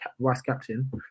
vice-captain